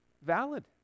Valid